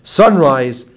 sunrise